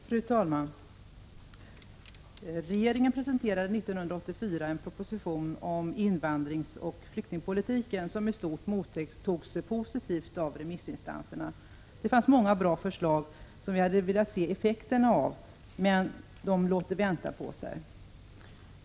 Fru talman! Regeringen presenterade 1984 en proposition om invandringsoch flyktingpolitiken, och den mottogs i stort sett positivt av remissinstanserna. Det fanns många bra förslag, som vi nu hade velat se effekterna av, men de låter vänta på sig.